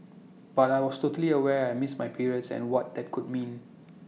but I was totally aware I missed my periods and what that could mean